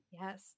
Yes